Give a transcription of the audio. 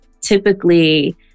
typically